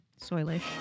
Soilish